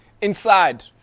inside